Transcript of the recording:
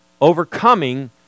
Overcoming